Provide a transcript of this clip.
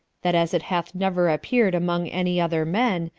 that as it hath never appeared among any other men,